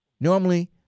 normally